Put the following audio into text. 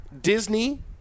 Disney